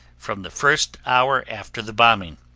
from the first hour after the bombing.